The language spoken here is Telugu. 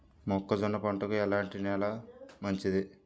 మొక్క జొన్న పంటకు ఎలాంటి నేల మంచిది?